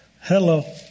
Hello